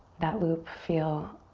that loop feel